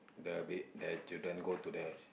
the ba~ the children go to the